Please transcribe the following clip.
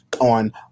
on